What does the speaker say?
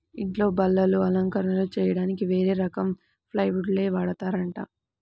ఇంట్లో బల్లలు, అలంకరణలు చెయ్యడానికి వేరే రకం ప్లైవుడ్ నే వాడతారంట